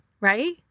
right